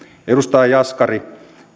edustaja jaskari